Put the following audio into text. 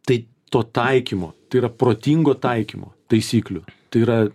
tai to taikymo tai yra protingo taikymo taisyklių tai yra